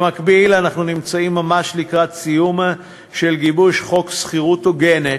במקביל אנחנו נמצאים ממש לקראת סיום של גיבוש חוק שכירות הוגנת,